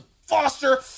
Foster